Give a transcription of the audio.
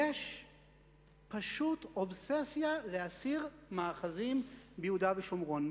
יש פשוט אובססיה להסיר מאחזים ביהודה ושומרון.